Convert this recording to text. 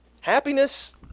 Happiness